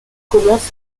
commence